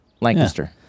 Lancaster